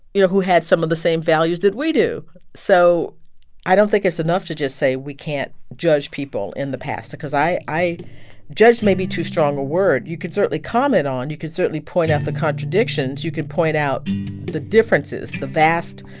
you know, who had some of the same values that we do so i don't think it's enough to just say we can't judge people in the past because i i judge may be too strong a word. you can certainly comment on, you can certainly point out the contradictions, you can point out the differences, the vast,